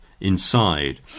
inside